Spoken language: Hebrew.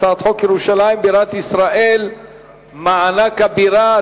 הצעת חוק ירושלים בירת ישראל (מענק הבירה),